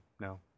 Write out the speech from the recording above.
no